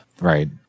right